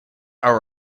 are